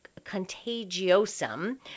contagiosum